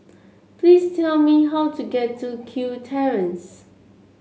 please tell me how to get to Kew Terrace